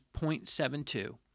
0.72